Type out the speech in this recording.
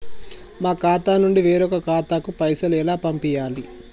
మా ఖాతా నుండి వేరొక ఖాతాకు పైసలు ఎలా పంపియ్యాలి?